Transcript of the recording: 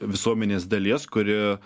visuomenės dalies kuri